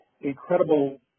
incredible